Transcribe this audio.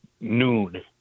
noon